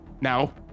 Now